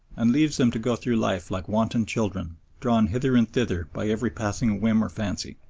and leaves them to go through life like wanton children drawn hither and thither by every passing whim or fancy.